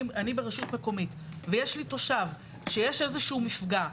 אני ברשות מקומית ויש לי תושב שיש איזה שהוא מפגע,